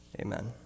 Amen